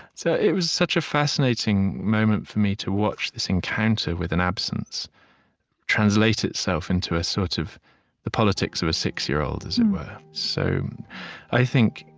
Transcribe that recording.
so it was such a fascinating moment for me to watch this encounter with an absence translate itself into a sort of the politics of a six-year-old, as it were so i think,